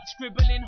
scribbling